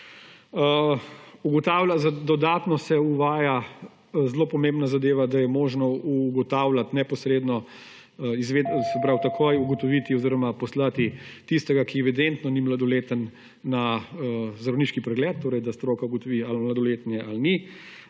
Dodatno se uvaja zelo pomembna zadeva, da je možno ugotavljati neposredno, se pravi takoj ugotoviti oziroma poslati tistega, ki evidentno ni mladoleten, na zdravniški pregled, da stroka ugotovi, ali je mladoletni ali ni,